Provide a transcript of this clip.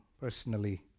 personally